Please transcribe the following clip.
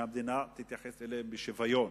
שהמדינה תתייחס אליהם בשוויון.